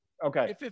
Okay